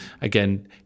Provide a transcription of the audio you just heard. again